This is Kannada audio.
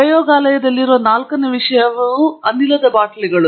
ಪ್ರಯೋಗಾಲಯಗಳಲ್ಲಿ ನಾಲ್ಕನೇ ವಿಷಯವು ಅನಿಲ ಬಾಟಲಿಗಳು